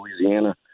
Louisiana